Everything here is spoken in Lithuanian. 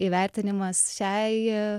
įvertinimas šiai